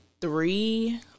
three